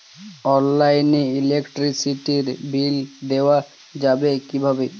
অনলাইনে ইলেকট্রিসিটির বিল দেওয়া যাবে কিভাবে?